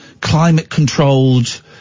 climate-controlled